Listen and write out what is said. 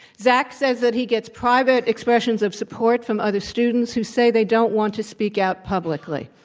zach says that he gets private expressions of support from other students who say they don't want to speak out publicly.